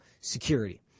security